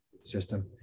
System